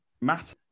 Matt